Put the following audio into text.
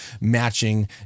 matching